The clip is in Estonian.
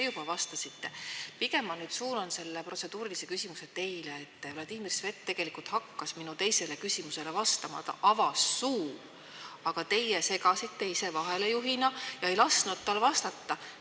teie juba vastasite. Pigem ma nüüd suunan selle protseduurilise küsimuse teile. Vladimir Svet tegelikult hakkas minu teisele küsimusele vastamata, ta avas suu, aga teie segasite ise vahele ega lasknud tal vastata.